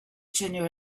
junior